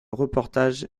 reportage